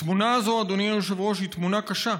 התמונה הזאת, אדוני היושב-ראש, היא תמונה קשה.